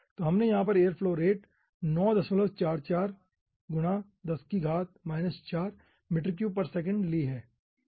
तो हमने यहां पर एयर फ्लो रेट 944× 10 4 ली है